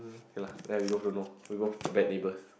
okay lah then we both don't know we both bad neighbors